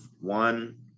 one